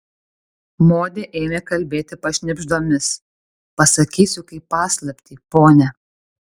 modė ėmė kalbėti pašnibždomis pasakysiu kaip paslaptį pone